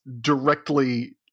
directly